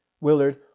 Willard